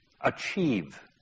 achieve